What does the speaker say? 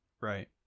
right